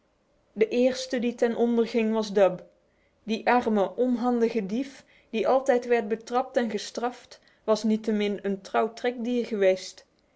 de eerste die ten onder ging was dub die arme onhandige dief die altijd werd betrapt en gestraft was niettemin een trouw trekdier geweest